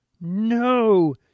No